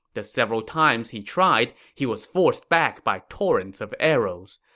the several times he tried, he was forced back by torrents of arrows.